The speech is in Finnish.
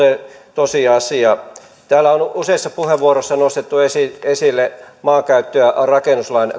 tosiasia täällä on useissa puheenvuoroissa nostettu esille esille maankäyttö ja rakennuslain